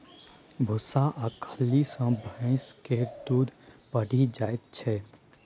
भुस्सा आ खल्ली सँ भैंस केर दूध बढ़ि जाइ छै